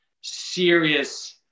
serious